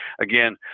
again